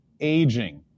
aging